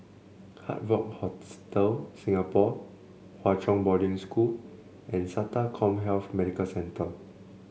Hard Rock Hostel Singapore Hwa Chong Boarding School and SATA CommHealth Medical Centre